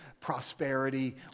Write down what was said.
prosperity